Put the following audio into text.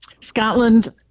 Scotland